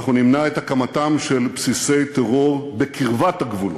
אנחנו נמנע את הקמתם של בסיסי טרור בקרבת הגבולות.